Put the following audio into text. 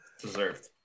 Deserved